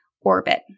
orbit